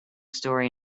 story